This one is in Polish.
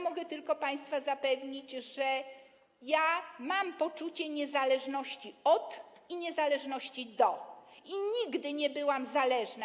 Mogę tylko państwa zapewnić, że ja mam poczucie niezależności od i niezależności do i nigdy nie byłam zależna.